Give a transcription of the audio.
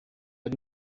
ari